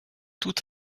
tout